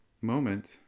moment